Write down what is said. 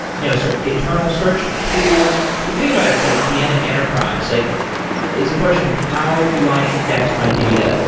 you know so internal search tool. but if you think about a gigantic enterprise, like it's a question of how do i index my data.